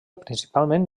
principalment